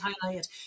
highlight